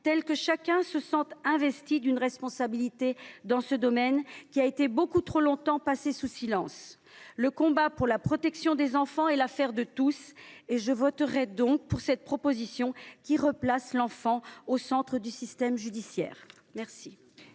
telle que chacun se sente investi d’une responsabilité face à ces problèmes, bien trop longtemps passés sous silence. Le combat pour la protection des enfants est l’affaire de tous. Je voterai donc cette proposition de loi, qui replace l’enfant au centre du système judiciaire.